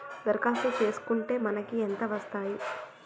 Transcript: దరఖాస్తు చేస్కుంటే మనకి ఎంత వస్తాయి?